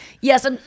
yes